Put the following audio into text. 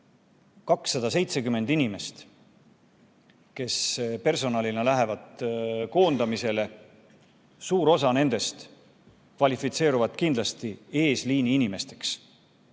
270 inimesest, kes personalina lähevad koondamisele, kvalifitseeruvad kindlasti eesliiniinimesteks.